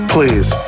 Please